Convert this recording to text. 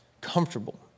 comfortable